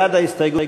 בעד ההסתייגות,